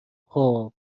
خوب